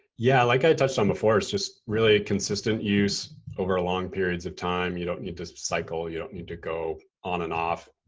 yeah, like i touched on before, it's just really consistent use over long periods of time. you don't need to cycle, you don't need to go on and off.